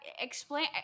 explain